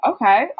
Okay